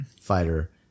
fighter